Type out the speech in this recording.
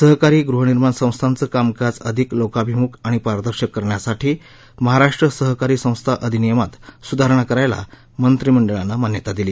सहकारी गृहनिर्माण संस्थांचं कामकाज अधिक लोकाभिमुख आणि पारदर्शक करण्या साठी महाराष्ट्र सहकारी संस्था अधिनियमात सुधारणा करायला मंत्रिमंडळानं मान्यता दिली